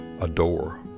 adore